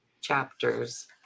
chapters